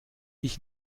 ich